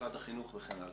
ומשרד החינוך וכן הלאה.